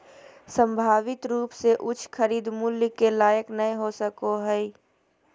संभावित रूप से उच्च खरीद मूल्य के लायक नय हो सको हइ